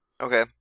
Okay